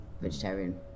vegetarian